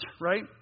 right